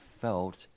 felt